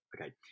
Okay